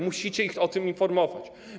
Musicie ich o tym informować.